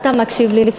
אתה מקשיב לי,